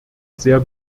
sehr